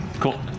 cool.